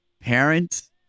parents